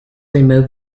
remove